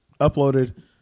uploaded